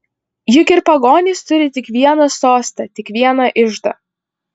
juk ir pagonys turi tik vieną sostą tik vieną iždą